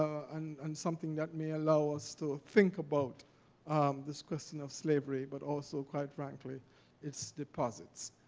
and and something that may allow us to think about this question of slavery, but also quite frankly its deposits.